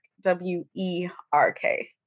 W-E-R-K